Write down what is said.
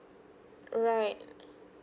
right